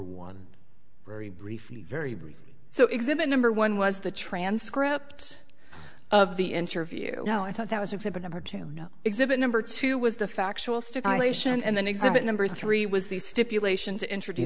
one very briefly very brief so exhibit number one was the transcript of the interview you know i thought that was exhibit number two exhibit number two was the factual stipulation and then exhibit number three was the stipulation to introduce